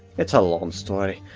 it's a long story.